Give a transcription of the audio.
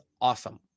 awesome